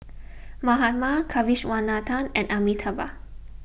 Mahatma Kasiviswanathan and Amitabh